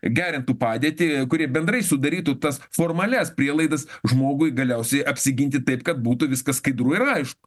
gerintų padėtį kurie bendrai sudarytų tas formalias prielaidas žmogui galiausiai apsiginti taip kad būtų viskas skaidru ir aišku